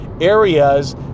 areas